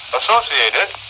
associated